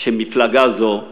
שמפלגה זו בתוכה.